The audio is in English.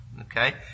Okay